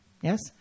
Yes